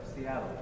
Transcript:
Seattle